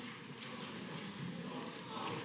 Hvala